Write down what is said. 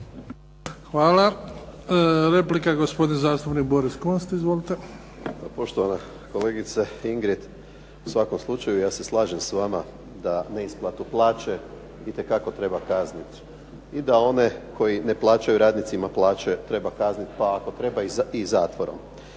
Hvala. Replika gospodin zastupnik Boris Kunst izvolite. **Kunst, Boris (HDZ)** Poštovana kolegice Ingrid u svakom slučaju ja se slažem s vama da neisplatu plaća itekako treba kazniti i da one koji ne plaćaju radnicima plaće treba kazniti pa ako treba i zatvorom.